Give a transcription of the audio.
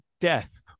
death